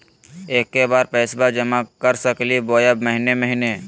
एके बार पैस्बा जमा कर सकली बोया महीने महीने?